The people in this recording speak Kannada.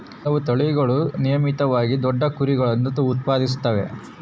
ಕೆಲವು ತಳಿಗಳು ನಿಯಮಿತವಾಗಿ ದೊಡ್ಡ ಕುರಿಮರಿಗುಳ್ನ ಉತ್ಪಾದಿಸುತ್ತವೆ